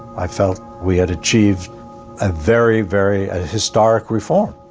i felt we had achieved a very, very ah historic reform.